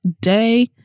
day